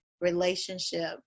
relationship